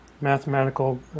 mathematical